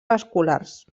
vasculars